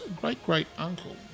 great-great-uncle